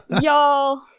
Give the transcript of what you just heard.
Y'all